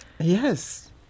Yes